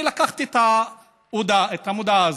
אני לקחתי את המודעה הזאת,